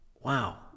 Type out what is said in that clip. Wow